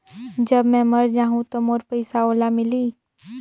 जब मै मर जाहूं तो मोर पइसा ओला मिली?